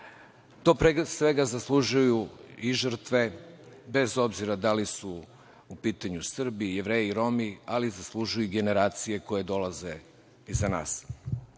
To, pregršt svega, zaslužuju i žrtve bez obzira da li su u pitanju Srbi, Jevreji, Romi, ali zaslužuju ih generacije koje dolaze iza nas. Neke